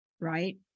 right